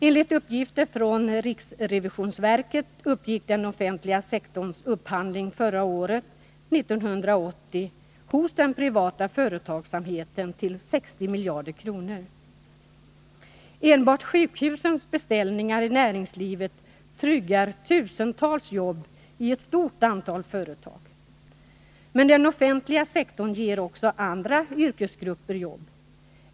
Enligt uppgift från riksrevisionsverket uppgick den offentliga sektorns upphandling år 1980 hos den privata företagsamheten till 60 miljarder kronor. Enbart sjukhusens beställningar i näringslivet tryggar tusentals jobb i ett stort antal företag. Men den offentliga sektorn ger också andra yrkesgrupper jobb.